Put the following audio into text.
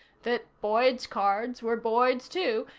that boyd's cards were boyd's, too,